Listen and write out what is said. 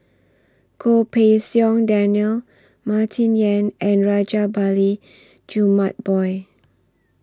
Goh Pei Siong Daniel Martin Yan and Rajabali Jumabhoy